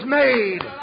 made